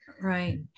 right